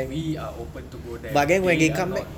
we are open to go there but they are not